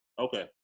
Okay